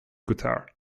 guitar